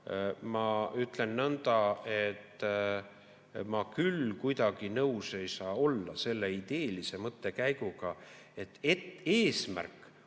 ma ütlen nõnda, ma küll kuidagi nõus ei saa olla, selle ideelise mõttekäiguga, et eesmärk